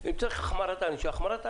אם צריך החמרת ענישה, החמרת ענישה.